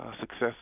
success